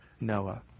Noah